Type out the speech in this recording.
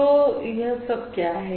तो यह क्या है